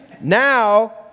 Now